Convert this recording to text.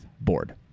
board